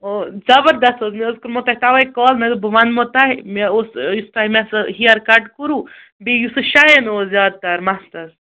او زَبَردَس حظ مےٚ حظ کوٚرمو تۄہہِ تَوَے کال مےٚ دوٚپ بہٕ وَنمو تۄہہِ مےٚ اوس یُس تۄہہِ مےٚ سُہ ہِیر کَٹ کوٚرو بیٚیہِ یُس سُہ شایَن اوس زیادٕ تَر مَستس